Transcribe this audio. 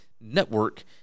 network